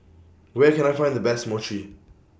Where Can I Find The Best Mochi